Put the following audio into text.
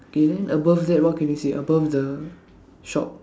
okay then above that what can you see above the shop